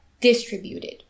distributed